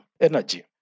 energy